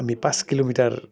আমি পাঁচ কিলোমিটাৰ